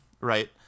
right